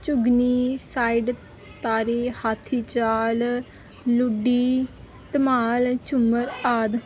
ਝੁਗਨੀ ਸਾਈਡ ਤਾਰੀ ਹਾਥੀ ਚਾਲ ਲੁੱਡੀ ਧਮਾਲ ਝੁੰਮਰ ਆਦਿ